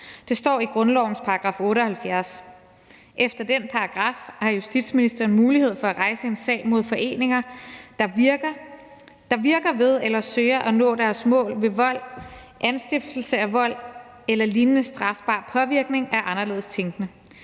Det står i grundlovens § 78. Efter den paragraf har justitsministeren mulighed for at rejse en sag mod foreninger, »der virker ved eller søger at nå deres mål ved vold, anstiftelse af vold eller lignende strafbar påvirkning af anderledes tænkende«.